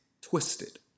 twisted